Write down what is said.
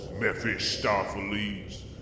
Mephistopheles